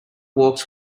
walks